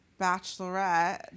Bachelorette